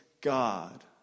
God